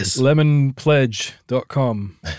LemonPledge.com